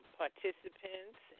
participants